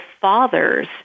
fathers